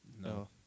no